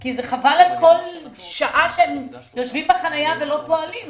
כי חבל על כל שעה שבה הם יושבים בחניה ולא פועלים.